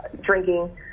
drinking